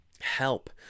help